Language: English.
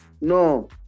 no